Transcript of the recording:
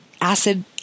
acid